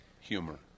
humor